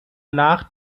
nach